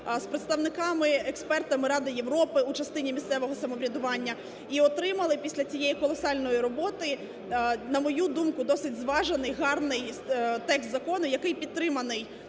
з представниками експертами Ради Європи у частині місцевого самоврядування. І отримали після цієї колосальної роботи, на мою думку, досить зважений, гарний текст закону, який підтриманий